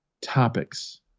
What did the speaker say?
topics